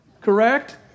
Correct